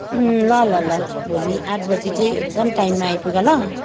ल ल ल भोलि आठ बजी चाहिँ एकदम टाइममा आइपुग ल